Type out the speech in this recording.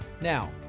Now